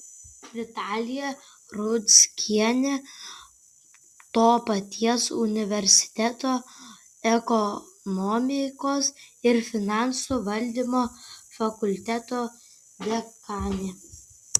vitalija rudzkienė to paties universiteto ekonomikos ir finansų valdymo fakulteto dekanė